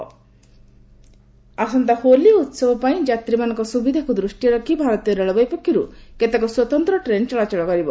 special train ଆସନ୍ତା ହୋଲି ଉହବପାଇଁ ଯାତ୍ରୀମାନଙ୍କ ସୁବିଧାକୁ ଦୃଷ୍ଟିରେ ରଖି ଭାରତୀୟ ରେଳବାଇ ପକ୍ଷରୁ କେତେକ ସ୍ୱତନ୍ତ ଟ୍ରେନ୍ ଚଳାଚଳ କରିବ